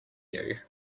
you